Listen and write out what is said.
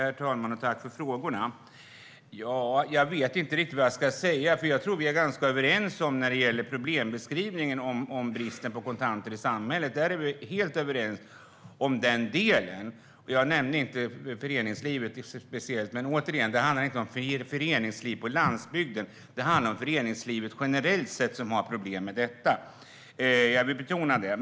Fru talman! Tack för frågorna, Håkan Svenneling! Jag vet inte riktigt vad jag ska säga, för jag tror att vi är ganska överens när det gäller problembeskrivningen om bristen på kontanter i samhället. Vi är helt överens om den delen. Jag nämnde inte föreningslivet specifikt, men återigen, det handlar inte om föreningsliv på landsbygden utan det är föreningslivet generellt sett som har problem med detta. Jag vill betona det.